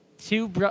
two